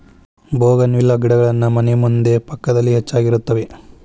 bougainvillea ಗಿಡಗಳನ್ನಾ ಮನೆ ಮುಂದೆ ಪಕ್ಕದಲ್ಲಿ ಹೆಚ್ಚಾಗಿರುತ್ತವೆ